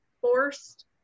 forced